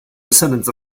descendants